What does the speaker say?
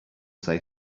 say